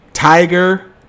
Tiger